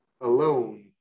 alone